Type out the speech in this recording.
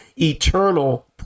eternal